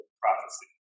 prophecy